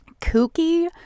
kooky